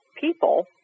people